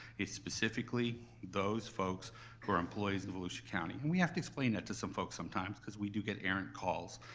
it's specifically those folks who are employees of volusia county. and we have to explain that to some folks sometimes, cause we do get errant calls.